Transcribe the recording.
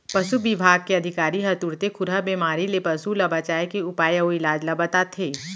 पसु बिभाग के अधिकारी ह तुरते खुरहा बेमारी ले पसु ल बचाए के उपाय अउ इलाज ल बताथें